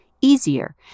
easier